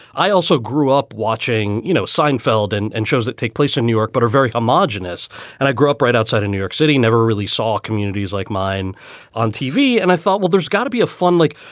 i also grew up watching, you know, seinfeld and and shows that take place in new york, but are very homogenous. and i grew up right outside of new york city. never really saw communities like mine on tv. and i thought, well, there's got to be a fun like.